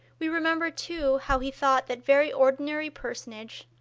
we remember, too, how he thought that very ordinary personage,